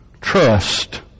trust